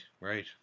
right